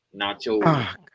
Nacho